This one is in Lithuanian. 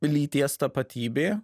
lyties tapatybė